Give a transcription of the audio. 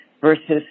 versus